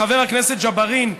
חבר הכנסת ג'בארין,